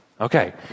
Okay